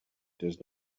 does